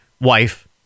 wife